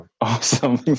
Awesome